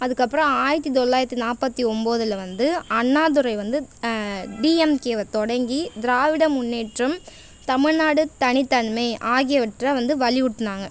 அதற்கப்றம் ஆயிரத்து தொள்ளாயிரத்து நாற்பத்தி ஒம்பதுல வந்து அண்ணாதுரை வந்து டிஎம்கேவை தொடங்கி திராவிட முன்னேற்றம் தமிழ்நாடு தனித்தன்மை ஆகியவற்ற வந்து வலியுறுத்துனாங்க